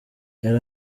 yari